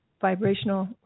vibrational